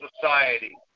society